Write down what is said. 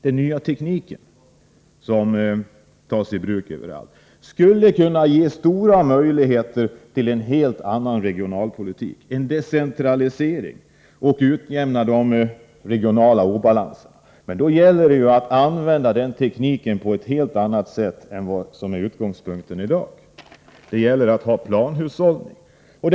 Den nya tekniken, som tas i bruk överallt, skulle kunna ge stora möjligheter till en helt annan regionalpolitik — en decentralisering — och utjämna de regionala obalanserna. Men då gäller det att använda den tekniken på ett helt annat sätt än man i dag utgår från att vi skall göra. Det gäller att ha planhushållning.